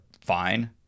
fine